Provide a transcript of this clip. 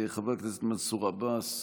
חבר הכנסת מנסור עבאס,